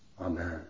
Amen